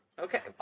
Okay